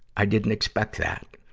i didn't expect that.